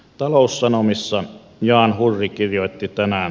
taloussanomissa jan hurri kirjoitti tänään